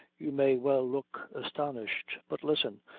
you may well look astonished but listen,